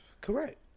Correct